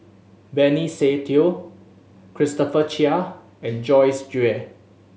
Benny Se Teo Christopher Chia and Joyce Jue